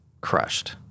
crushed